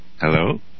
Hello